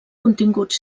continguts